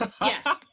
Yes